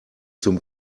zum